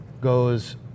goes